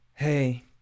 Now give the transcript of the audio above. Hey